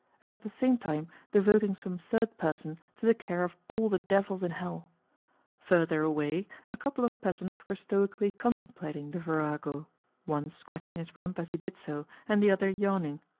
and at the same time devoting some third person to the care of all the devils in hell further away a couple of peasants were stoically contemplating the virago one scratching his rump as he did so, and the other yawning.